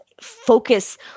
focus